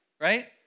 right